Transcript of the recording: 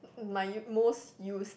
m~ my u~ most used